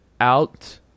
out